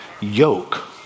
yoke